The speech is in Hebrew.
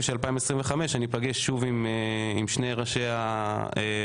של 2025 אני אפגש שוב עם שני ראשי הוועדות,